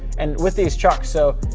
and with these trucks, so